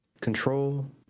control